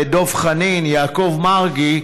דב חנין ויעקב מרגי,